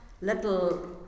little